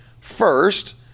First